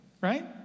Right